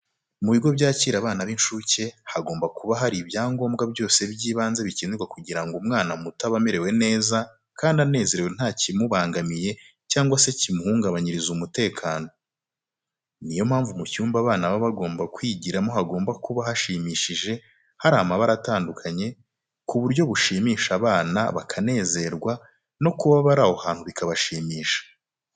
Mu bigo byakira abana b'incuke, hagomba kuba hari ibyangombwa byose by'ibanze bikenerwa kugira ngo umwana muto abe amerewe neza kandi anezerewe nta kimubangamiye cyangwa se kimuhungabanyirize umutekano. Ni yo mpamvu mu cyumba abana baba bagomba kwigiramo hagomba kuba hashimishije hari amabara atandukanye, ku buryo bushimisha abana bakanezezwa no kuba bari aho hantu bakahishimira.